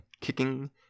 kicking